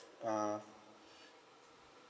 uh